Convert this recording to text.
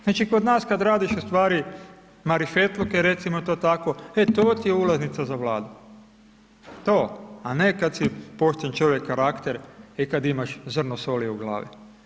Znači kod nas kad radiš u stvari marifetluke recimo to tako, e to ti je ulaznica za Vladu, to, a ne kad si pošten čovjek, karakter i kad imaš zrno soli u glavi.